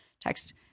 text